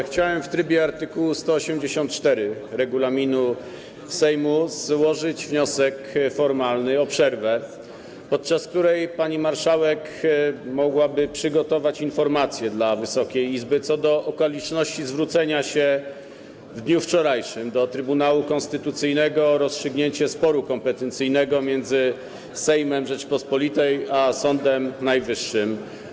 Chciałem w trybie art. 184 regulaminu Sejmu złożyć wniosek formalny o przerwę, podczas której pani marszałek mogłaby przygotować informację dla Wysokiej Izby co do okoliczności zwrócenia się w dniu wczorajszym do Trybunału Konstytucyjnego o rozstrzygnięcie sporu kompetencyjnego między Sejmem Rzeczypospolitej a Sądem Najwyższym.